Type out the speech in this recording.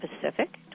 Pacific